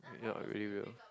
ya I really will